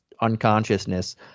unconsciousness